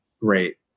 great